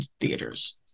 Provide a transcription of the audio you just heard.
theaters